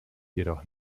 jedoch